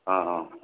हाँ हाँ